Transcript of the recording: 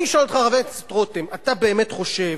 אני שואל אותך, חבר הכנסת רותם, אתה באמת חושב